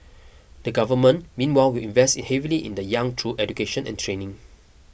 the Government meanwhile will invest heavily in the young through education and training